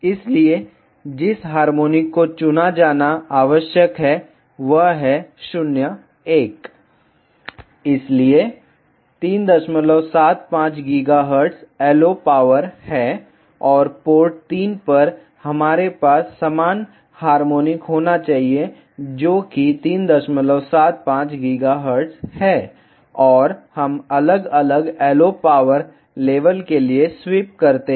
इसलिए जिस हार्मोनिक को चुना जाना आवश्यक है वह है 0 1 इसलिए 375 GHz LO पावर है और पोर्ट 3 पर हमारे पास समान हार्मोनिक होना चाहिए जो 375 GHz है और हम अलग अलग LO पावर लेवल के लिए स्वीप करते हैं